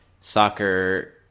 soccer